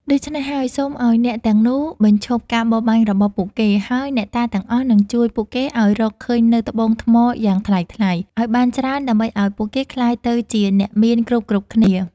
ដូច្នេះហើយសូមឱ្យអ្នកទាំងនោះបញ្ឈប់ការបរបាញ់របស់ពួកគេ ហើយអ្នកតាទាំងអស់នឹងជួយពួកគេឲ្យរកឃើញនូវត្បូងថ្មយ៉ាងថ្លៃៗ ឲ្យបានច្រើនដើម្បីឲ្យពួកគេក្លាយទៅជាអ្នកមានគ្រប់ៗគ្នា